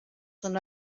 son